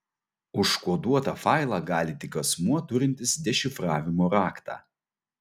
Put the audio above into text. užkoduotą failą gali tik asmuo turintis dešifravimo raktą